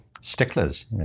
sticklers